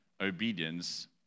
obedience